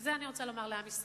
ואת זה אני רוצה לומר לעם ישראל: